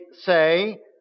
say